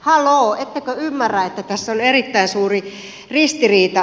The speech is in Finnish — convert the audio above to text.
haloo ettekö ymmärrä että tässä on erittäin suuri ristiriita